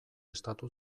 estatu